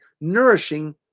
nourishing